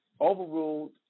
overruled